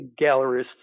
gallerists